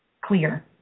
clear